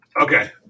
Okay